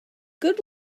good